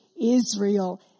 Israel